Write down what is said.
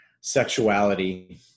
sexuality